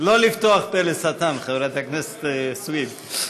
לא לפתוח פה לשטן, חברת הכנסת סויד.